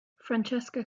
francesca